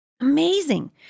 Amazing